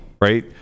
right